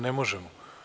Ne možemo.